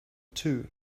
too